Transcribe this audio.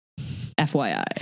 FYI